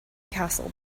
castle